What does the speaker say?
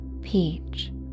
peach